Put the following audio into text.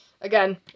again